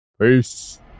Peace